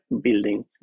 building